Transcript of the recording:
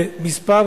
זה מספר